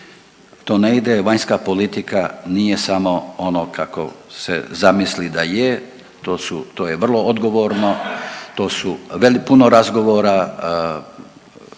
to ne ide. Vanjska politika nije samo ono kako se zamisli da je, to su, to je vrlo odgovorno, to su puno razgovora,